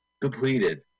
completed